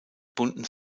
bunten